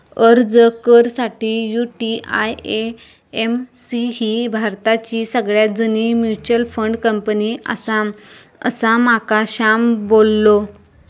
अर्ज कर साठी, यु.टी.आय.ए.एम.सी ही भारताची सगळ्यात जुनी मच्युअल फंड कंपनी आसा, असा माका श्याम बोललो